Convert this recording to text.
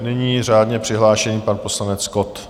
Nyní řádně přihlášený pan poslanec Kott.